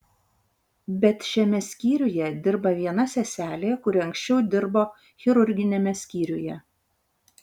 bet šiame skyriuje dirba viena seselė kuri anksčiau dirbo chirurginiame skyriuje